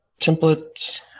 template